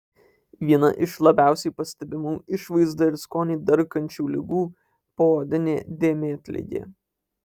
viena iš labiausiai pastebimų išvaizdą ir skonį darkančių ligų poodinė dėmėtligė